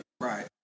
Right